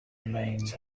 remains